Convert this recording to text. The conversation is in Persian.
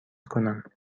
کنم